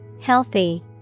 Healthy